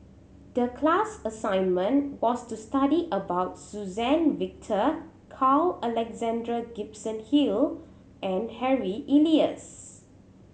the class assignment was to study about Suzann Victor Carl Alexander Gibson Hill and Harry Elias